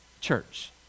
church